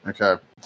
Okay